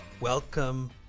Welcome